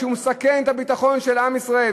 שהוא מסכן את הביטחון של עם ישראל.